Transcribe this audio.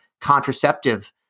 contraceptive